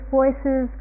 voices